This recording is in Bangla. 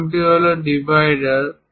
অন্যটি হল ডিভাইডার